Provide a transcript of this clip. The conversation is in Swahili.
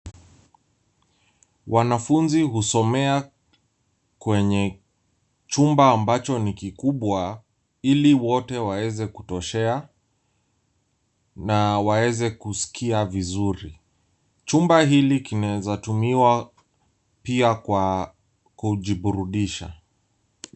Wanafunzi husomea kwenye chumba ambacho ni kikubwa ili wote waweze kutoshea na waweze kusikia vizuri. Chumba hiki kinaweza tumiwa pia kwa kujiburudisha.